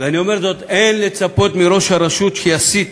ואני אומר זאת: אין לצפות מראש הרשות שיסיט